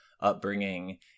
upbringing